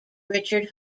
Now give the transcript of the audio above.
richard